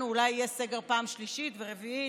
ואולי יהיו סגרים פעם שלישית ורביעית.